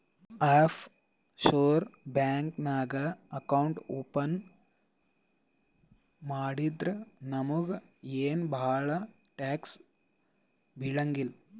of sure bank ನಾಗ್ account open ಮಾಡಿದ್ರ ನಮುಗ ಏನ್ ಭಾಳ ಟ್ಯಾಕ್ಸ್ ಬೀಳಂಗಿಲ್ಲ